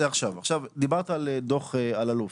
דיברת על דוח אלאלוף.